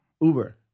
Uber